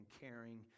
caring